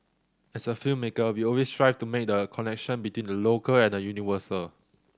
as a filmmaker we always strive to make the connection between the local and the universal